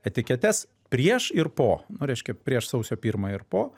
etiketes prieš ir po reiškia prieš sausio pirmą ir po